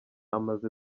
amaze